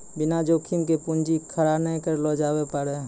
बिना जोखिम के पूंजी खड़ा नहि करलो जावै पारै